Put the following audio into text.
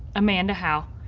amanda howe,